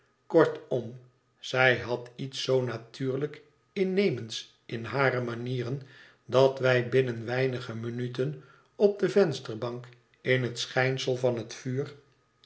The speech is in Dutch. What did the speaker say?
kortom zij had iets zoo natuurlijk innemends in hare manieren dat wij binnen weinige minuten op de vensterbank in het schijnsel van het vuur